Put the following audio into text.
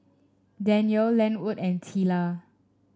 Danyel Lenwood and Teela